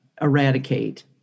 eradicate